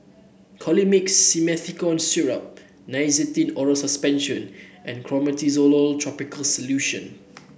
Colimix Simethicone Syrup Nystatin Oral Suspension and Clotrimozole topical solution